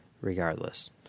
regardless